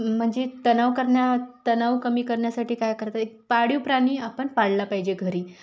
म्हणजे तणाव करणा तणाव कमी करण्यासाठी काय करता एक पाळीव प्राणी आपण पाळला पाहिजे घरी